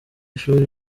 shuri